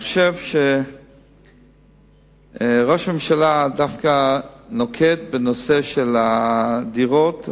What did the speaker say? אני חושב שראש הממשלה דווקא נוקט בנושא הדירות,